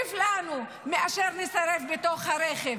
עדיף לנו מאשר להישרף בתוך הרכב.